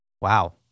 Wow